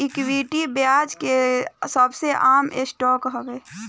equity, ब्याज के सबसे आम स्टॉक हवे